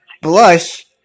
Blush